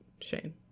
Shane